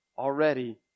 Already